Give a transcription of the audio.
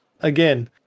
again